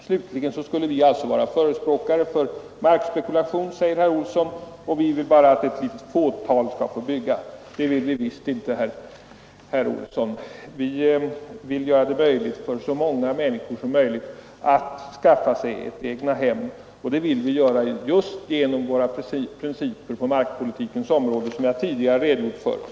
Slutligen säger herr Olsson i Stockholm att vi skulle vara förespråkare för markspekulation och att vi skulle vilja att bara ett litet fåtal skall få bygga. Det vill vi visst inte, herr Olsson! Vi vill göra det möjligt för så många människor som möjligt att skaffa sig egna hem, och det vill vi göra just genom tillämpning av våra principer på markpolitikens område, som jag tidigare redogjort för.